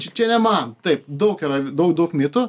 čia čia ne man taip daug yra daug daug mitų